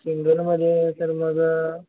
सिंगलमध्ये तर मग